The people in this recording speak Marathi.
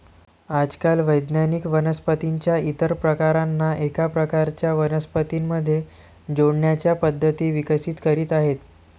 आजकाल वैज्ञानिक वनस्पतीं च्या इतर प्रकारांना एका प्रकारच्या वनस्पतीं मध्ये जोडण्याच्या पद्धती विकसित करीत आहेत